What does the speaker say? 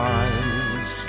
eyes